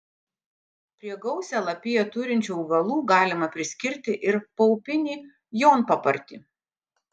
prie gausią lapiją turinčių augalų galima priskirti ir paupinį jonpapartį